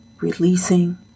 releasing